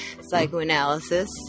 psychoanalysis